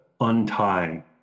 untie